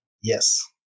Yes